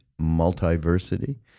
multiversity